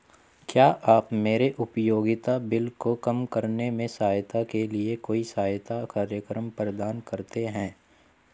क्या आप मेरे उपयोगिता बिल को कम करने में सहायता के लिए कोई सहायता कार्यक्रम प्रदान करते हैं?